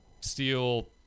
steal